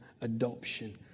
adoption